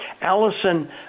Allison